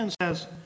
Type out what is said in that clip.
says